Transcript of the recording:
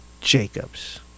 Jacobs